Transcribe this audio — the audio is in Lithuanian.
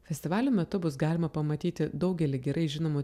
festivalio metu bus galima pamatyti daugelį gerai žinomų